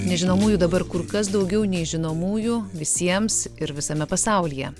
nežinomųjų dabar kur kas daugiau nei žinomųjų visiems ir visame pasaulyje